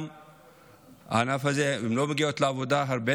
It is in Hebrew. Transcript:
גם בענף הזה, הן לא מגיעות לעבודה.